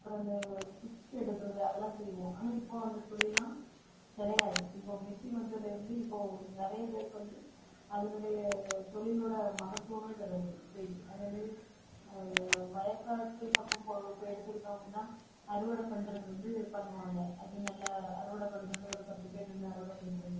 அப்புறம் இந்த குச்சி எடுக்கிறது அதெலாம் செய்வோம் ஆனால் இப்போ அந்த தொழில்லாம் கிடையாது இப்போ மிஷின் வந்ததுலேருந்து இப்போ நிறைய பேருக்கு வந்து அதனுடைய தொழிலோட மகத்துவம் பிறகு போயிட்டு அதை மாரி வயக்காட்டு பக்கம் இப்போ இப்போ எடுத்துக்கிட்டோம் அப்படின்னா அறுவடை பண்ணுறது வந்து பண்ணுவாங்க அது நல்ல அறுவடை பண்ணுறது ஒரு பத்து பேர் நின்று அறுவடை பண்ணுறது